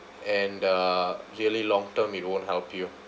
and err really long-term it won't help you